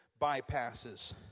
bypasses